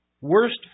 worst